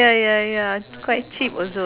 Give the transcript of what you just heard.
let's say it's for lun~